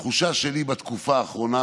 התחושה שלי בתקופה האחרונה,